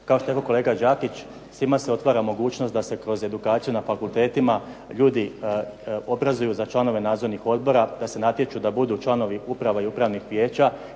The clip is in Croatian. Kao što je rekao kolega Đakić svima se otvara mogućnost da se kroz edukaciju na fakultetima ljudi obrazuju za članove nadzornih odbora, da se natječu da budu članovi uprava i upravnih vijeća